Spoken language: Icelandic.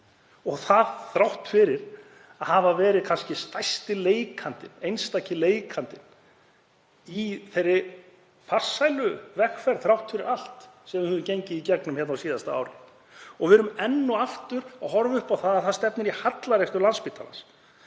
og það þrátt fyrir að hafa verið kannski stærsti einstaki leikandinn í þeirri farsælu vegferð þrátt fyrir allt sem við höfum gengið í gegnum hér á síðasta ári. Við horfum enn og aftur upp á það að það stefnir í hallarekstur Landspítalans